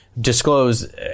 disclose